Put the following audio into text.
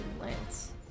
lance